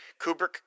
Kubrick